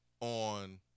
on